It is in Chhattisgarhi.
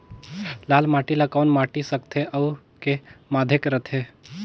लाल माटी ला कौन माटी सकथे अउ के माधेक राथे?